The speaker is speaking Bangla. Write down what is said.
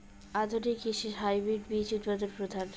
আধুনিক কৃষিত হাইব্রিড বীজ উৎপাদন প্রধান